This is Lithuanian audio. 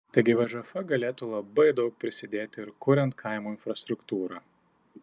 taigi vžf galėtų labai daug prisidėti ir kuriant kaimo infrastruktūrą